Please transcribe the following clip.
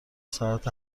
ساعت